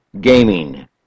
gaming